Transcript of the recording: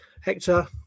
Hector